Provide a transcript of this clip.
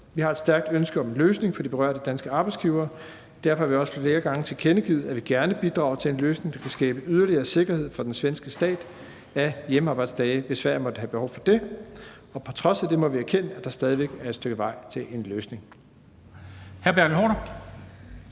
Vi har et stærkt ønske om en løsning for de berørte danske arbejdsgivere. Derfor har vi også flere gange tilkendegivet, at vi gerne bidrager til en løsning vedrørende hjemmearbejdsdage, der kan skabe yderligere sikkerhed for den svenske stat, hvis Sverige måtte have behov for det. På trods af det må vi erkende, at der stadig væk er et stykke vej til en løsning.